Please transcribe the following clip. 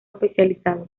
especializado